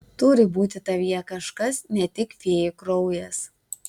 turi būti tavyje kažkas ne tik fėjų kraujas